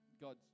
God's